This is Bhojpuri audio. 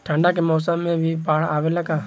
ठंडा के मौसम में भी बाढ़ आवेला का?